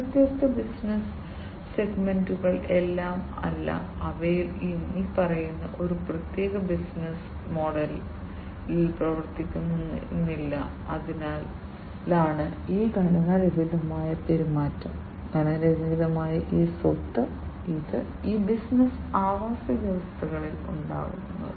ഈ വ്യത്യസ്ത ബിസിനസ്സ് സെഗ്മെന്റുകൾ എല്ലാം അല്ല അവയെല്ലാം ഇനിപ്പറയുന്ന ഒരു പ്രത്യേക ബിസിനസ്സ് മോഡലിൽ പ്രവർത്തിക്കുന്നില്ല അതിനാലാണ് ഈ ഘടനാരഹിതമായ പെരുമാറ്റം ഘടനാരഹിതമായ ഈ സ്വത്ത് ഇത് ഈ ബിസിനസ്സ് ആവാസവ്യവസ്ഥകളിൽ ഉണ്ടാകുന്നത്